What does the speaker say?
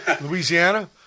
Louisiana